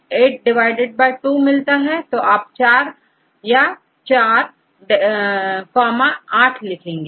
तो आप4 और4 8 लिखेंगे